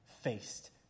faced